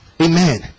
Amen